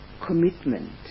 commitment